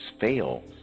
fail